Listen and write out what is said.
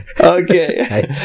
Okay